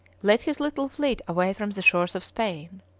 led his little fleet away from the shores of spain.